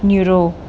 neuro